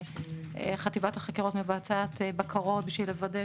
חטיבת החקירות מבצעת בקרות בשביל לוודא